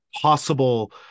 possible